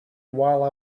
while